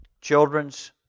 children's